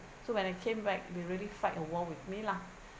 so when I came back they really fight a war with me lah